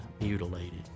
mutilated